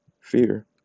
fear